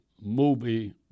movie